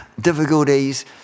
difficulties